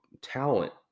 talent